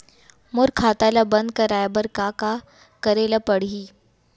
मोर खाता ल बन्द कराये बर का का करे ल पड़ही?